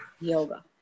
yoga